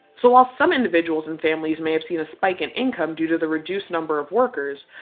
so while some individuals and families may have seen a spike in income due to the reduced number of workers,